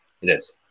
yes